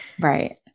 Right